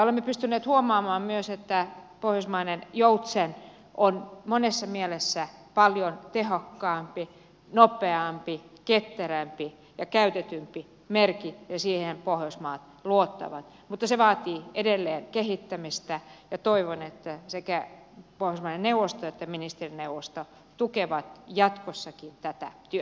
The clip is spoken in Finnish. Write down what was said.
olemme pystyneet huomaamaan myös että pohjoismainen joutsen on monessa mielessä paljon tehokkaampi nopeampi ketterämpi ja käytetympi merkki ja siihen pohjoismaat luottavat mutta se vaatii edelleen kehittämistä ja toivon että sekä pohjoismaiden neuvosto että ministerineuvosto tukevat jatkossakin tätä työtä